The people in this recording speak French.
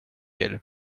elle